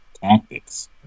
tactics